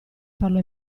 farlo